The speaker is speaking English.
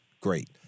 great